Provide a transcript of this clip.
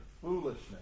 foolishness